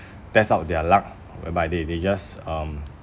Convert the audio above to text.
test out their luck whereby they they just um